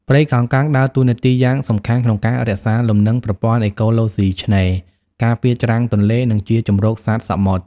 ព្រៃកោងកាងដើរតួនាទីយ៉ាងសំខាន់ក្នុងការរក្សាលំនឹងប្រព័ន្ធអេកូឡូស៊ីឆ្នេរ ការពារច្រាំងទន្លេ និងជាជម្រកសត្វសមុទ្រ។